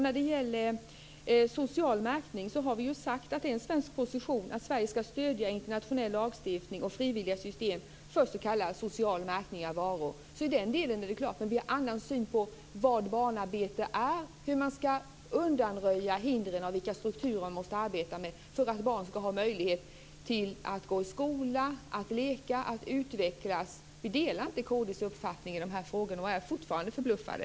När det gäller social märkning har vi ju sagt att det är en svensk position att Sverige ska stödja internationell lagstiftning och frivilliga system för s.k. social märkning av varor. Men vi har en annan syn på vad barnarbete är, hur man ska undanröja hindren och vilka strukturer man måste arbeta med för att barn ska ha möjlighet att gå i skola, leka och utvecklas. Vi delar inte kd:s uppfattning i dessa frågor och är fortfarande förbluffade.